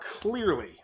clearly